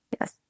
Yes